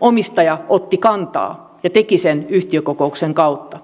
omistaja otti kantaa ja teki sen yhtiökokouksen kautta